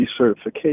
recertification